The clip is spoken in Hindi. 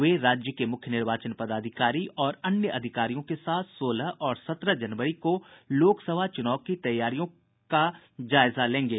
वे राज्य के मुख्य निर्वाचन पदाधिकारी और अन्य अधिकारियों के साथ सोलह और सत्रह जनवरी को लोक सभा चुनाव की तैयारियों का जायजा लेंगे